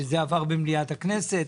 וגם זה עבר במליאת הכנסת.